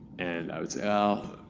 and i would say, ah